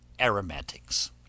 aromatics